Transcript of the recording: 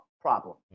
problem